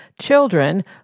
Children